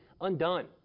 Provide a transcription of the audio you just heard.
undone